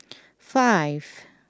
five